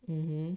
mm